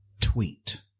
tweet